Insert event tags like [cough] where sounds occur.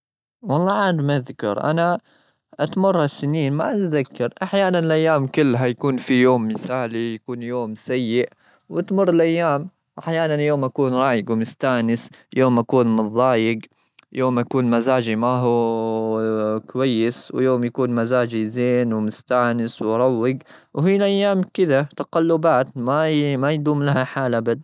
والله عاد ما أذكر. أنا تمر السنين وما أتذكر. أحيانًا الأيام كلها يكون في يوم مثالي، يكون يوم سيء. وتمر الأيام، وأحيانًا يوم أكون رايق ومستأنس، يوم أكون متظايج، يوم أكون مزاجي ما هو [hesitation] كويس، ويوم يكون مزاجي زين ومستأنس وأروج. وهنا أيام كذا، تقلبات ما-ما يدوم لها حال أبد.